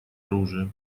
оружия